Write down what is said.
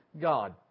God